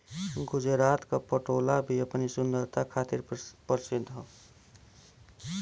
गुजरात क पटोला भी अपनी सुंदरता खातिर परसिद्ध हौ